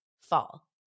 fall